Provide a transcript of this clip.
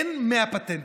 אין 100 פטנטים,